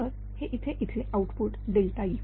तर हे इथे इथले आउटपुट ΔE